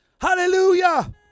hallelujah